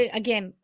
again